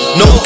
no